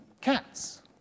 cats